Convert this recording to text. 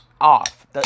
off